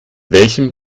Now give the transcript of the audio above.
welchem